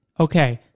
okay